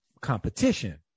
competition